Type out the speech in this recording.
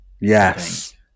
Yes